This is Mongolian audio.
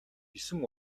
есөн